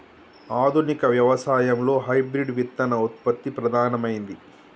ఆధునిక వ్యవసాయం లో హైబ్రిడ్ విత్తన ఉత్పత్తి ప్రధానమైంది